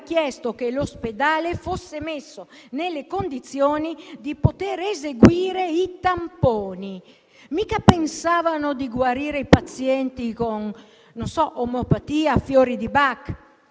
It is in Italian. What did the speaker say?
richiesto che l'ospedale fosse messo nelle condizioni di poter eseguire i tamponi. Ma pensavano forse di guarire i pazienti con omeopatia o fiori di Bach?